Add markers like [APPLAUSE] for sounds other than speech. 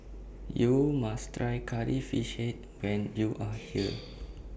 YOU must Try Curry Fish Head when YOU Are [NOISE] here